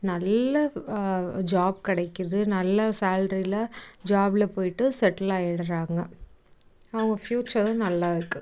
நல்ல ஜாப் கிடைக்குது நல்ல சேலரில ஜாபில் போய்ட்டு செட்டில் ஆகிடுறாங்க அவங்க ஃப்யூச்சரும் நல்லா இருக்குது